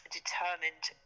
determined